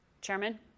Chairman